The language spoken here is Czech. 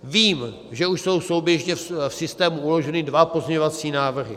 Vím, že už jsou souběžně v systému uloženy dva pozměňovací návrhy.